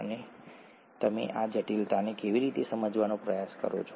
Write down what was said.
અને તેને સરસ રીતે બનાવવામાં આવ્યું છે